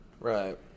Right